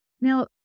Now